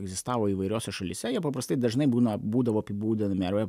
egzistavo įvairiose šalyse jie paprastai dažnai būna būdavo apibūdina ar